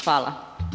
Hvala.